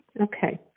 Okay